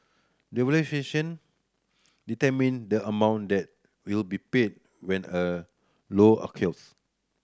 the valuation determine the amount that will be paid when a loss occurs